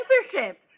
censorship